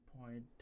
point